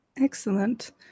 Excellent